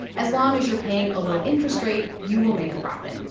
as long as you're paying a low interest rate, you will make a profit.